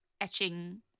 etching